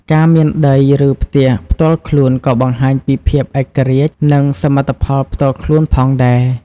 ការមានដី ឬផ្ទះផ្ទាល់ខ្លួនក៏បង្ហាញពីភាពឯករាជ្យ និងសមិទ្ធផលផ្ទាល់ខ្លួនផងដែរ។